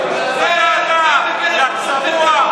הרי אין כבר שום קו אדום,